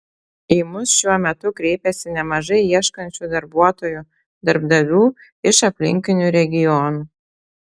į mus šiuo metu kreipiasi nemažai ieškančių darbuotojų darbdavių iš aplinkinių regionų